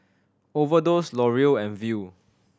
Overdose L'Oreal and Viu